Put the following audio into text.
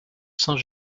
saint